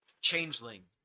Changeling